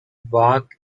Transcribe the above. bark